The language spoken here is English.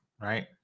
right